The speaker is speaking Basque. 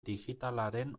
digitalaren